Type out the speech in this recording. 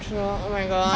he's so big